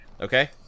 Okay